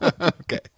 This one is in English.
Okay